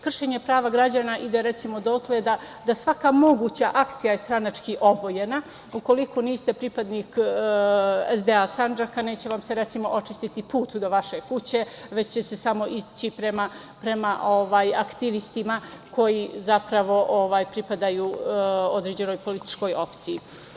Kršenje prava građana ide, recimo, dotle da svaka moguća akcija je stranački obojena, ukoliko niste pripadnik SDA Sandžaka neće vam se recimo očistiti put do vaše kuće, već će se samo ići prema aktivistima koji, zapravo, pripadaju određenoj političkoj opciji.